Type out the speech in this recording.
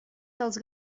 dels